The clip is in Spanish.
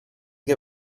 que